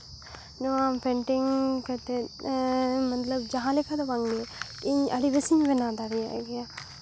ᱱᱚᱣᱟ ᱯᱮᱱᱴᱤᱝ ᱠᱟᱛᱮ ᱢᱚᱛᱞᱚᱵ ᱡᱟᱦᱟᱸ ᱞᱮᱠᱟ ᱫᱚ ᱵᱟᱝᱜᱮ ᱤᱧ ᱟᱹᱰᱤ ᱵᱮᱥᱤᱧ ᱵᱮᱱᱟᱣ ᱫᱟᱲᱮᱭᱟᱜ ᱜᱮᱭᱟ